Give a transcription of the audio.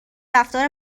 رفتار